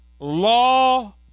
law